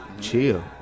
chill